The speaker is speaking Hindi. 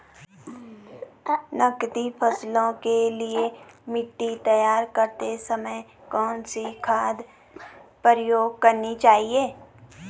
नकदी फसलों के लिए मिट्टी तैयार करते समय कौन सी खाद प्रयोग करनी चाहिए?